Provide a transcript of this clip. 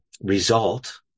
result